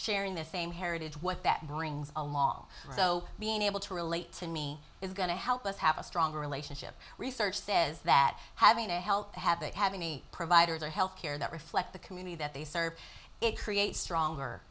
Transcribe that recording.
sharing the same heritage what that brings along so being able to relate to me is going to help us have a stronger relationship research says that having to help to have it have any providers or healthcare that reflect the community that they serve it creates stronger